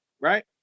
Right